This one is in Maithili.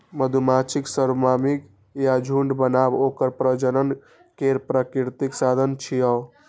मधुमाछीक स्वार्मिंग या झुंड बनब ओकर प्रजनन केर प्राकृतिक साधन छियै